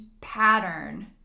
pattern